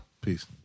Peace